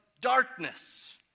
darkness